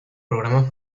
programa